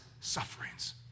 sufferings